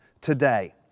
today